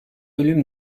ölüm